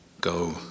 go